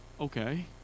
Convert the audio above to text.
Okay